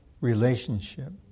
relationship